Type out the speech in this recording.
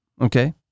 Okay